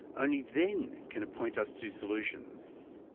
only then can it point us to solutions.